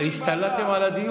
חברי הכנסת, השתלטתם על הדיון.